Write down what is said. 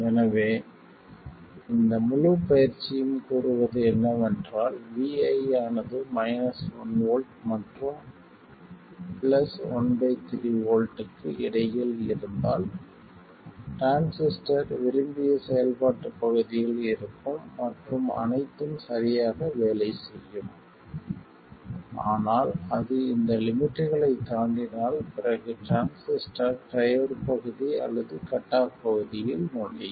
எனவே இந்த முழுப் பயிற்சியும் கூறுவது என்னவென்றால் vi ஆனது 1 V மற்றும் 13 V க்கு இடையில் இருந்தால் டிரான்சிஸ்டர் விரும்பிய செயல்பாட்டுப் பகுதியில் இருக்கும் மற்றும் அனைத்தும் சரியாக வேலை செய்யும் ஆனால் அது இந்த லிமிட்களைத் தாண்டினால் பிறகு டிரான்சிஸ்டர் ட்ரையோட் பகுதி அல்லது கட் ஆஃப் பகுதியில் நுழையும்